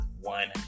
One